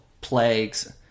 plagues